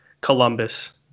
Columbus